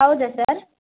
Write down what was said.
ಹೌದಾ ಸರ್